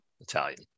Italian